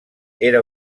era